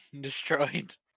destroyed